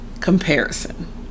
comparison